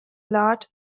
lot